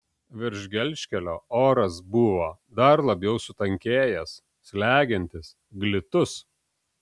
virš gelžkelio oras buvo dar labiau sutankėjęs slegiantis glitus